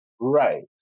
Right